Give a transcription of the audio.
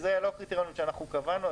אלה לא הקריטריונים שאנחנו קבענו,